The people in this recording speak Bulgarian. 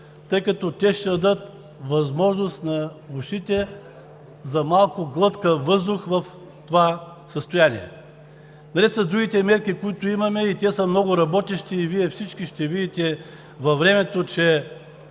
тъй като те ще дадат възможност на общините за малко глътка въздух в това състояние. Наред с другите мерки, които имаме, и те са много работещи, и Вие всички ще видите във времето, че